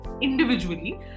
individually